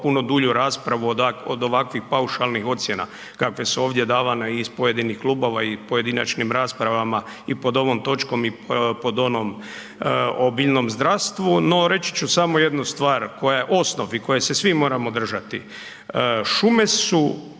puno dulju raspravu od ovakvih paušalnih ocjena kakve su ovdje davane iz pojedinih klubova i u pojedinačnim raspravama i pod ovom točkom i pod onom o biljnom zdravstvu no reći ću samo jednu stvar koja je osnov i koje se svi moramo držati. Šume su